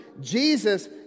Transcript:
Jesus